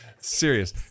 Serious